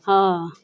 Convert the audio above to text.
हँ